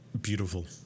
Beautiful